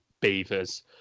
beavers